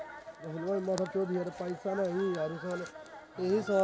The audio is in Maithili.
हम फसल में पुष्पन अवस्था के पहचान कोना कर सके छी?